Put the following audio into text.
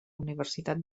universitat